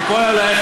ייפול עלייך,